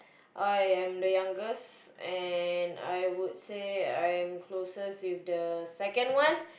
I am the youngest and I would say I'm closest with the second one